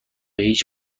هیچ